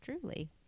truly